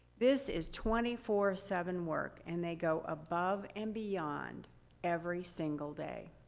this is twenty four seven work, and they go above and beyond every single day.